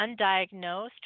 undiagnosed